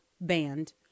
band